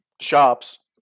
shops